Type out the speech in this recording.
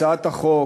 הצעת החוק,